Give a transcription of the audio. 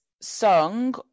song